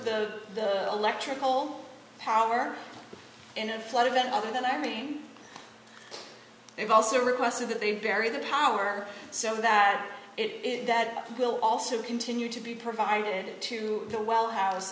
little electrical power and flood event other than i mean they've also requested that they bury the power so that it that will also continue to be provided to the well house